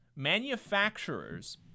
manufacturers